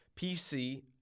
PC